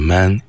Man